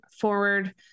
forward